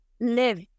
live